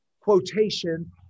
quotation